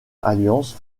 alliance